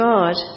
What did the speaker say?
God